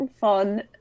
fun